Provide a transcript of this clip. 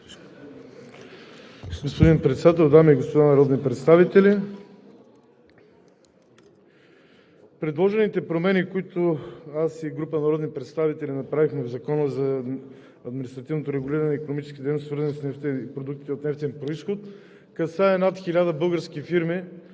Господин Председател, дами и господа народи представители! Предложените промени, които аз и група народни представители направихме в Закона за административното регулиране на икономическите дейности, свързани с нефт и продукти от нефтен произход, касае над 1000 български фирми,